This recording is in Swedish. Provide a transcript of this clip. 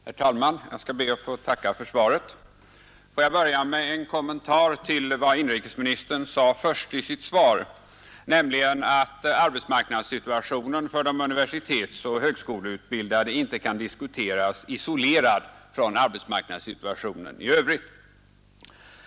Herr talman! Jag ber att få tacka för svaret på min interpellation. Får jag börja med en kommentar till vad inrikesministern sade först i sitt svar, nämligen att arbetsmarknadssituationen för de universitetsoch högskoleutbildade inte kan diskuteras isolerad från arbetsmarknadssituationen i övrigt.